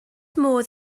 modd